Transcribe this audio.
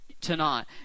tonight